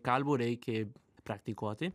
kalbą reikia praktikuoti